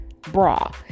bra